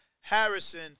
Harrison